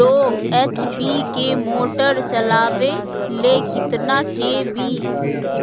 दो एच.पी के मोटर चलावे ले कितना के.वी